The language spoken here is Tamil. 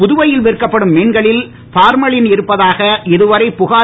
புதுவையில் விற்கப்படும் மீன்களில் பார்மலின் இருப்பதாக இதுவரை புகார்